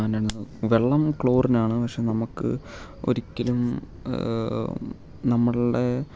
വെള്ളം ക്ലോറിൻ ആണ് പക്ഷേ നമുക്ക് ഒരിക്കലും നമ്മളുടെ